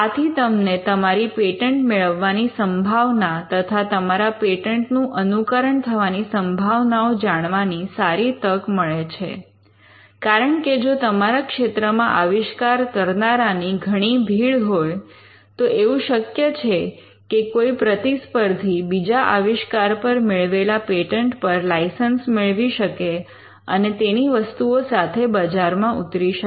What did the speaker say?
આથી તમને તમારી પેટન્ટ મેળવવાની સંભાવના તથા તમારા પેટન્ટ નું અનુકરણ થવાની સંભાવનાઓ જાણવાની સારી તક મળે છે કારણ કે જો તમારા ક્ષેત્રમાં આવિષ્કાર કરનારાની ઘણી ભીડ હોય તો એવું શક્ય છે કે કોઈ પ્રતિસ્પર્ધી બીજા આવિષ્કાર પર મેળવેલા પેટન્ટ પર લાઇસન્સ મેળવી શકે અને તેની વસ્તુઓ સાથે બજારમાં ઉતરી શકે